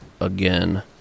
Again